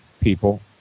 People